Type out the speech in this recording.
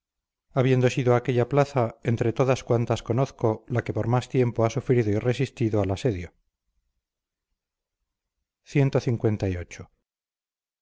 habiendo sido aquella plaza entre todas cuantas conozco la que por más tiempo ha sufrido y resistido al asedio clviii neco